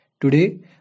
Today